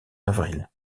avril